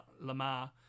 Lamar